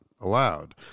allowed